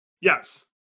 yes